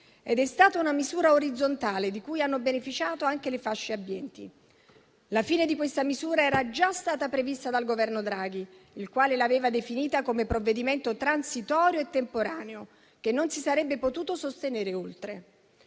ed è stata una misura orizzontale, di cui hanno beneficiato anche le fasce abbienti. La fine di questa misura era già stata prevista dal Governo Draghi, il quale l'aveva definita come un provvedimento transitorio e temporaneo, che non si sarebbe potuto sostenere oltre.